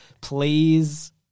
Please